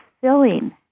filling